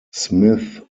smith